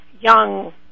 young